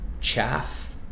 chaff